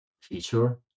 feature